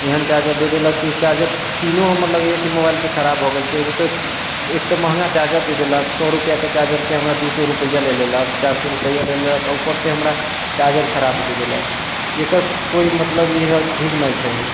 एहन चार्जर दे देलक कि चार्जर पिनो हमरा लगइए कि मोबाइल के खराब भए गेल छै ओ तऽ एक तऽ महगा चार्जर दे देलक सए रुपैआके चार्जर के हमरा दू सए रुपैआ ले लेलक चारि सए रुपैआ ले लेलक उपर से हमरा चार्जर खराब दे देलक एकर कोइ मतलब ठीक न छै